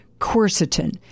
Quercetin